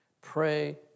Pray